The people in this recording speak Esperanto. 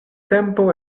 tempo